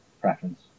preference